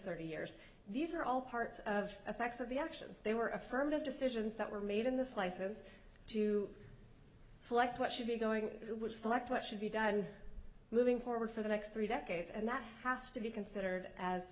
thirty years these are all part of effects of the action they were affirmative decisions that were made in the slices to select what should be going with select what should be done moving forward for the next three decades and that has to be considered as